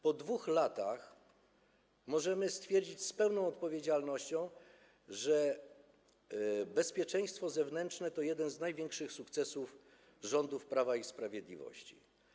Po 2 latach możemy stwierdzić z pełną odpowiedzialnością, że bezpieczeństwo zewnętrzne jest jednym z największych sukcesów rządów Prawa i Sprawiedliwości.